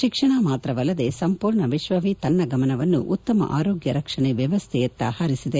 ಶಿಕ್ಷಣ ಮಾತ್ರವಲ್ಲದೇ ಸಂಪೂರ್ಣ ವಿಶ್ವವೇ ತನ್ನ ಗಮನವನ್ನು ಉತ್ತಮ ಆರೋಗ್ಯ ರಕ್ಷಣೆ ವ್ಯವಸ್ಥೆಯತ್ತ ಹರಿಸಿದೆ